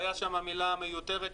היתה שם מילה מיותרת,